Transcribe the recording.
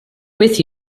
with